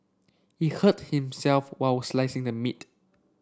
he hurt himself while slicing the meat